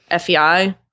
FEI